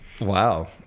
Wow